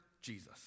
Jesus